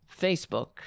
Facebook